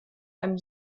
einem